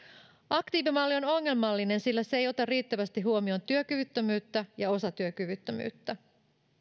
aktiivimalli on ongelmallinen sillä se ei ota riittävästi huomioon työkyvyttömyyttä ja osatyökyvyttömyyttä